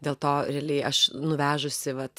dėl to realiai aš nuvežusi vat